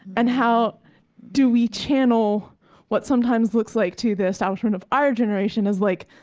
and how do we channel what sometimes looks like to the establishment of our generation as, like,